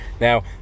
Now